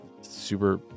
super